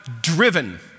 driven